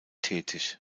tätig